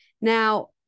now